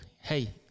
hey